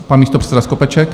Pan místopředseda Skopeček.